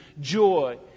joy